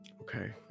okay